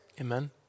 Amen